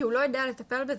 כי הוא לא יודע לטפל בזה.